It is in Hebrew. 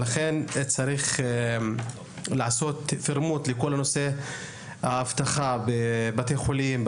לכן צריך לעשות פרמוט לכל נושא האבטחה בבתי החולים,